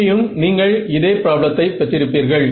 அங்கேயும் நீங்கள் இதை ப்ராப்ளத்தை பெற்றிருப்பீர்கள்